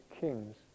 kings